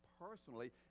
personally